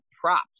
props